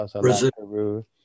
Brazil